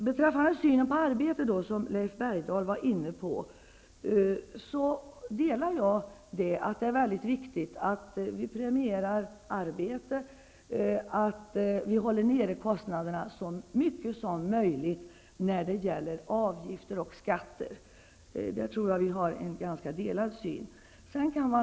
Beträffande synen på arbetet -- den frågan var Leif Bergdahl inne på -- vill jag säga att jag delar uppfattningen att det är väldigt viktigt att vi premierar arbete och att vi håller nere kostnaderna så mycket som möjligt när det gäller avgifter och skatter. På den punkten tror jag att vi är ganska så överens.